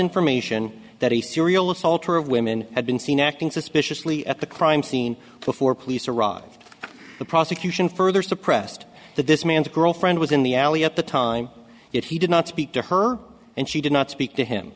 information that a serial adulterer of women had been seen acting suspiciously at the crime scene before police arrived the prosecution further suppressed that this man's girlfriend was in the alley at the time if he did not speak to her and she did not speak to him